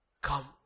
Come